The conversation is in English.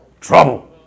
Trouble